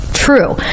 true